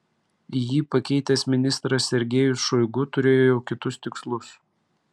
jį pakeitęs ministras sergejus šoigu turėjo jau kitus tikslus